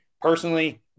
Personally